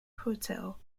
hotel